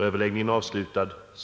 Herr talman!